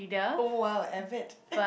oh !wow! I bet